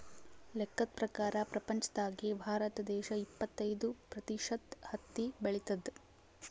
ಲೆಕ್ಕದ್ ಪ್ರಕಾರ್ ಪ್ರಪಂಚ್ದಾಗೆ ಭಾರತ ದೇಶ್ ಇಪ್ಪತ್ತೈದ್ ಪ್ರತಿಷತ್ ಹತ್ತಿ ಬೆಳಿತದ್